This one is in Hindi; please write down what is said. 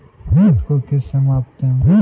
दूध को किस से मापते हैं?